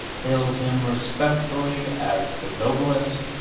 hails him respectfully as the noblest,